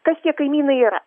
kas tie kaimynai yra